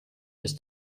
ist